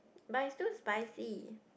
but it's too spicy